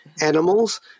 Animals